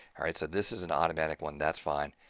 all right so this is an automatic one. that's fine.